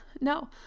No